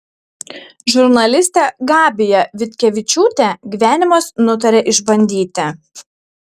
žurnalistę gabiją vitkevičiūtę gyvenimas nutarė išbandyti